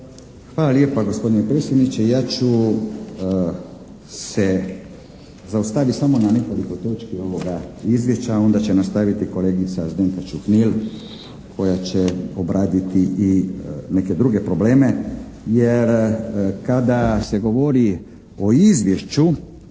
Hvala lijepa gospodine predsjedniče. Ja ću se zaustaviti samo na nekoliko točki ovoga izvješća, a onda će nastaviti kolegica Zdenka Čuhnil koja će obraditi i neke druge probleme jer kada se govori o izvješću,